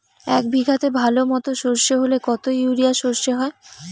এক বিঘাতে ভালো মতো সর্ষে হলে কত ইউরিয়া সর্ষে হয়?